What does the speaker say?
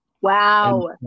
Wow